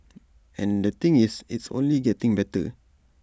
and the thing is it's only getting better